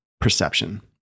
perception